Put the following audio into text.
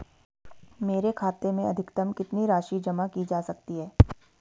मेरे खाते में अधिकतम कितनी राशि जमा की जा सकती है?